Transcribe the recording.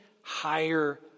higher